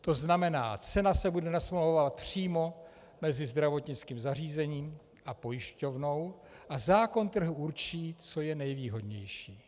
To znamená, cena se bude nasmlouvávat přímo mezi zdravotnickým zařízením a pojišťovnou a zákon trhu určí, co je nejvýhodnější.